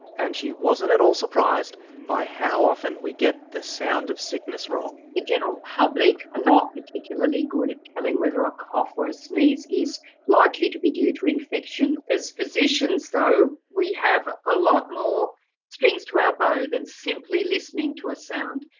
and she wasn't at all surprised by how often we get the sound of sickness wrong. the general public are not particularly good at telling whether a cough or a sneeze is likely to be due to infection. as physicians though we have a lot more strings to our bow than simply listening to a sound.